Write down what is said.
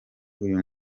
uyu